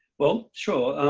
well, sure.